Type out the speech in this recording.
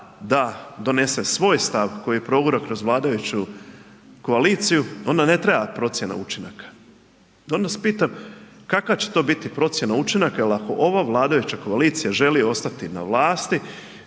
da, donese svoj stav koji je progurao kroz vladajuću koaliciju onda ne treba procjena učinaka, da vas pitam kakva će to biti procjena učinaka jel ako ova vladajuća koalicija želi ostati na vlasti,